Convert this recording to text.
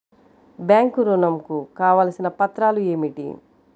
Bank ఋణం కు కావలసిన పత్రాలు ఏమిటి?